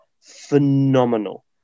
phenomenal